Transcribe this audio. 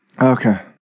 Okay